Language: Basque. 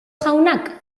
jaunak